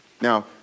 Now